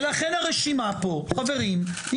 ולכן הרשימה פה חברים,